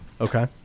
Okay